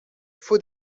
faut